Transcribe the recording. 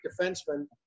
defenseman